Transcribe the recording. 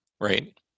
Right